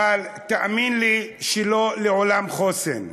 אבל תאמין לי, לא לעולם חוסן.